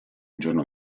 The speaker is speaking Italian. giorno